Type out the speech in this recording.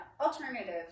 Alternative